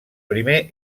primer